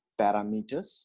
parameters